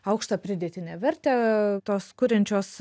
aukštą pridėtinę vertę tos kuriančios